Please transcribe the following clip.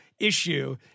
issue